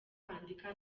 kwandika